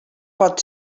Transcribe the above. pot